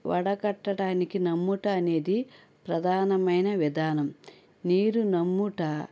వడకట్టడానికి నమ్ముట అనేది ప్రధానమైన విధానం నీరు నమ్ముట